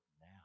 now